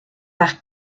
par